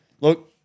look